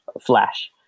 flash